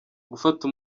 gufata